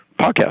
podcast